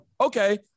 okay